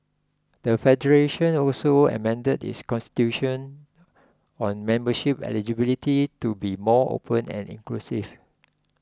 the federation also amended its constitution on membership eligibility to be more open and inclusive